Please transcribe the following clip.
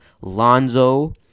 Lonzo